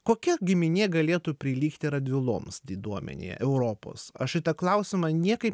kokia giminė galėtų prilygti radviloms diduomenėje europos aš į tą klausimą niekaip